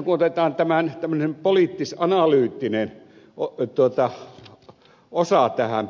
sitten kun otetaan tämmöinen poliittisanalyyttinen osa tähän